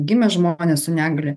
gimę žmonės su negalia